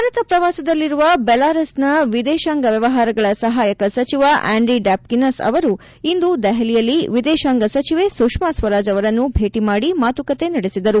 ಭಾರತ ಪ್ರವಾಸದಲ್ಲಿರುವ ಬೆಲಾರಸ್ನ ವಿದೇಶಾಂಗ ವ್ಯವಹಾರಗಳ ಸಹಾಯಕ ಸಚಿವ ಆಂಡ್ರಿ ಡಾಷ್ತಿನಸ್ ಅವರು ಇಂದು ದೆಹಲಿಯಲ್ಲಿ ವಿದೇಶಾಂಗ ಸಚಿವೆ ಸುಷ್ಮಾ ಸ್ವರಾಜ್ ಅವರನ್ನು ಭೇಟಿ ಮಾಡಿ ಮಾತುಕತೆ ನಡೆಸಿದರು